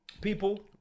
people